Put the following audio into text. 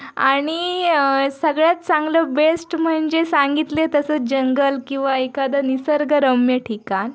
आणि सगळ्यात चांगलं बेस्ट म्हणजे सांगितले तसं जंगल किंवा एखादा निसर्गरम्य ठिकाण